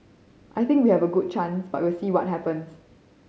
I think we have a good chance but we'll see what happens